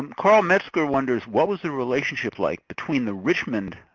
carl metzger wonders, what was the relationship like between the richmond